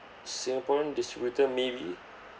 singaporean distributor maybe